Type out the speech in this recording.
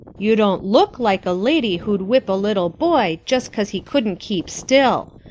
you don't look like a lady who'd whip a little boy just cause he couldn't keep still.